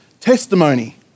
testimony